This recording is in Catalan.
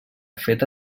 feta